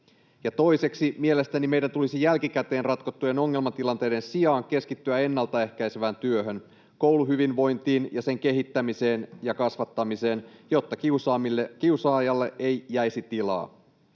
toiseksi, mielestäni meidän tulisi jälkikäteen ratkottujen ongelmatilanteiden sijaan keskittyä ennaltaehkäisevään työhön, kouluhyvinvointiin ja sen kehittämiseen ja kasvattamiseen, jotta kiusaajalle ei jäisi tilaa.